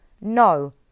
No